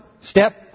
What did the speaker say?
step